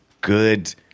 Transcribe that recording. good